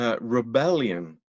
rebellion